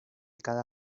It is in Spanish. cada